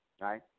right